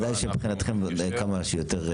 בוודאי שמבחינתכם ודאי כמה שיותר.